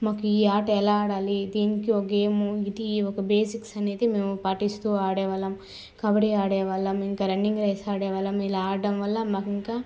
మాకు ఈ ఆట ఎలా ఆడాలి దీనికి ఒక గేము ఇది ఒక బేసిక్స్ అనేది మేము పాటిస్తు అడేవాళ్ళం కబడ్డీ ఆడేవాళ్ళం ఇంకా రన్నింగ్ రేస్ ఆడేవాళ్ళం ఇలా ఆడడం వల్ల మాకు ఇంకా